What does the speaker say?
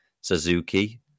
Suzuki